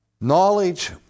Knowledge